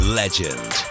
legend